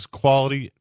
quality